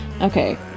Okay